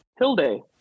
Hilde